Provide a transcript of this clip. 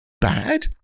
bad